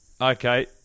Okay